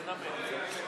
תנמק.